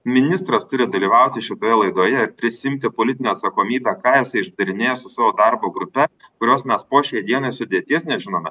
ministras turi dalyvauti šitoje laidoje ir prisiimti politinę atsakomybę ką jisai išdarinėja su savo darbo grupe kurios mes po šiai dienai sudėties nežinome